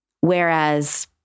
Whereas